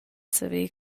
saver